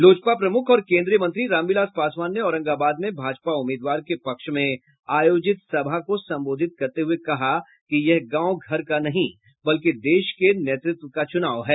लोजपा प्रमुख और केन्द्रीय मंत्री रामविलास पासवान ने औरंगाबाद में भाजपा उम्मीदवार के पक्ष मे आयोजित सभा को संबोधित करते हुये कहा कि यह गांव घर का नहीं बल्कि देश के नेतृत्व का चुनाव है